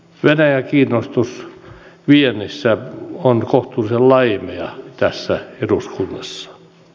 venäjä kiinnostus viennissä on kohtuullisen laimeaa tässä eduskunnassa